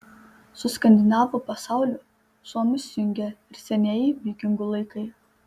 su skandinavų pasauliu suomius jungia ir senieji vikingų laikai